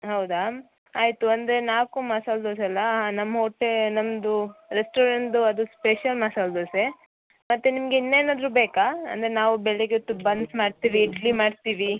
ಹೌದಾ ಆಯಿತು ಅಂದರೆ ನಾಲ್ಕು ಮಸಾಲೆ ದೋಸೆ ಅಲ್ವಾ ಹಾಂ ನಮ್ಮ ಹೋಟೆ ನಮ್ಮದು ರೆಸ್ಟೋರೆಂಟ್ದು ಅದು ಸ್ಪೇಷಲ್ ಮಸಾಲೆ ದೋಸೆ ಮತ್ತು ನಿಮ್ಗೆ ಇನ್ನೇನಾದರು ಬೇಕಾ ಅಂದರೆ ನಾವು ಬೆಳಿಗ್ಗೆ ಹೊತ್ತು ಬನ್ಸ್ ಮಾಡ್ತೀವಿ ಇಡ್ಲಿ ಮಾಡ್ತೀವಿ